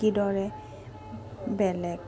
কিদৰে বেলেগ